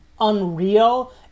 unreal